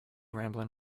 rambling